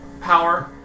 power